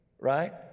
right